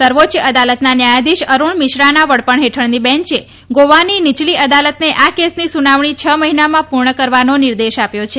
સર્વોચ્ય અદાલતના ન્યાયાધીશ અરૂણ મિશ્રાના વડપણ હેઠળની બેંચે ગોવાની નિચલી અદાલતને આ કેસની સુનાવણી છ મહિનામાં પુર્ણ કરવાનો નિર્દેશ આપ્યો છે